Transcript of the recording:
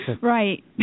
Right